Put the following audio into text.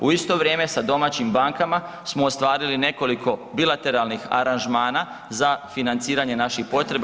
U isto vrijeme sa domaćim bankama smo ostvarili nekoliko bilateralnih aranžmana za financiranje naših potreba.